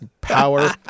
power